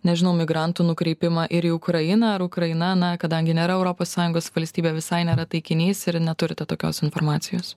nežinau migrantų nukreipimą ir į ukrainą ar ukraina na kadangi nėra europos sąjungos valstybė visai nėra taikinys ir neturite tokios informacijos